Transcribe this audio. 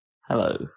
Hello